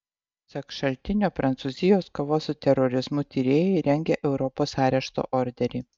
pasak šaltinio prancūzijos kovos su terorizmu tyrėjai rengia europos arešto orderį